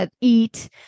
eat